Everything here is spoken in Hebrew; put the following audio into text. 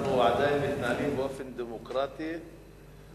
אנחנו עדיין מתנהלים באופן דמוקרטי ואוהד.